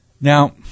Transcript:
Now